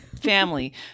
family